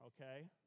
okay